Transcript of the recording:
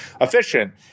efficient